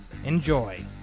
Enjoy